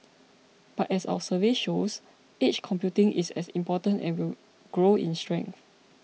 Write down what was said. but as our survey shows edge computing is as important and will grow in strength